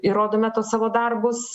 įrodome tuos savo darbus